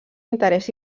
interès